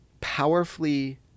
powerfully